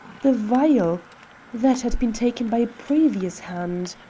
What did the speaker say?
the vial that had been taken by a previous hand.